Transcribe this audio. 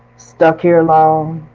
stuck here alone,